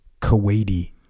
Kuwaiti